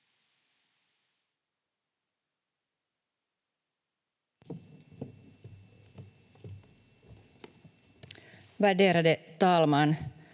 Värderade talman!